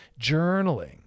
journaling